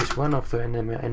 one of the and nmi and